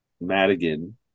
Madigan